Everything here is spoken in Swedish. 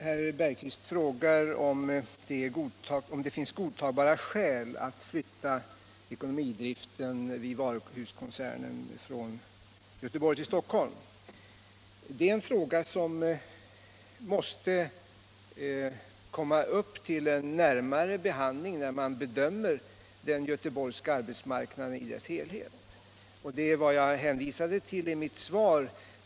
Herr talman! Herr Jan Bergqvist i Göteborg frågar om det finns godtagbara skäl att flytta ekonomidriften vid varuhuskoncernen från Göteborg till Stockholm. Det är en fråga som måste komma upp till närmare behandling när man bedömer den göteborgska arbetsmarknaden i dess helhet. Det är också vad jag hänvisade till i mitt svar.